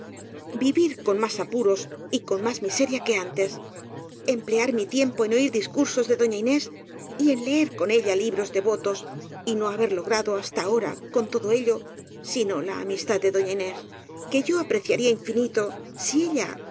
vivir con más apuros y cou más miseria que antes emplear mi tiempo en oir discursos de doña inés y en leer con ella libros devotos y no haber logrado hasta ahora con todo ello sino la amistad de doña inés que yo apreciaría infinito